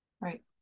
Right